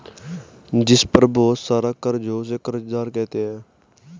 जिस पर बहुत सारा कर्ज हो उसे कर्जदार कहते हैं